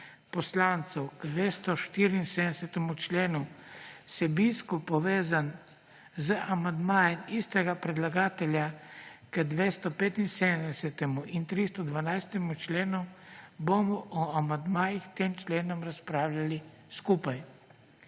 poslancev k 274. členu vsebinsko povezan z amandmajem istega predlagatelja k 275. in 312. členu, bomo o amandmajih k tem členom razpravljali skupaj.